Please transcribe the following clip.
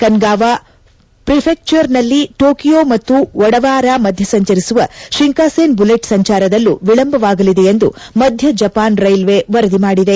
Kanagawa ಪ್ರಿಫೆಕ್ಷರ್ನಲ್ಲಿ Tokyo ಮತ್ತು Odawara ಮಧ್ಯೆ ಸಂಚರಿಸುವ ಶಿಂಕಾಸೇನ್ ಬುಲೆಟ್ ಸಂಚಾರದಲ್ಲೂ ವಿಳಂಬವಾಗಲಿದೆ ಎಂದು ಮಧ್ಯ ಜಪಾನ್ ರೈಲ್ವೇ ವರದಿ ಮಾಡಿದೆ